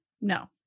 no